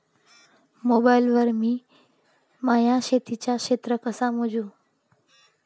Mobile वर मी माया शेतीचं क्षेत्र कस मोजू?